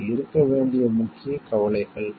இது இருக்க வேண்டிய முக்கிய கவலைகள்